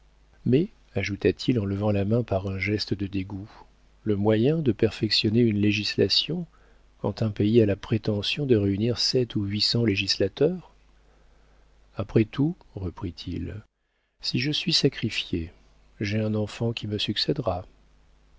mais ajouta-t-il en levant la main par un geste de dégoût le moyen de perfectionner une législation quand un pays a la prétention de réunir sept à huit cents législateurs après tout reprit-il si je suis sacrifié j'ai un enfant qui me succédera